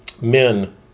Men